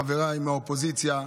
חבריי מהאופוזיציה,